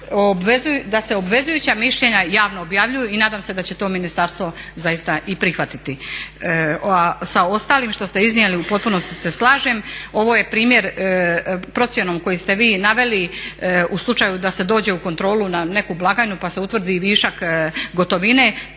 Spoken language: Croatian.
da se obvezujuća mišljenja javno objavljuju i nadam se da će to ministarstvo zaista i prihvatiti. Sa ostalim što ste iznijeli u potpunosti se slažem. Ovo je primjer procjenom koji ste vi naveli u slučaju da se dođe u kontrolu na neku blagajnu pa se utvrdi i višak gotovine,